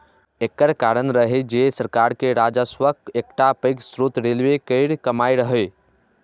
एकर कारण रहै जे सरकार के राजस्वक एकटा पैघ स्रोत रेलवे केर कमाइ रहै